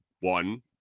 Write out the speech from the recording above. one